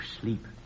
sleep